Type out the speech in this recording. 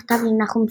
מכתב לנחום סוקולוב,